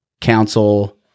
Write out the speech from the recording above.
Council